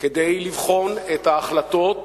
כדי לבחון את ההחלטות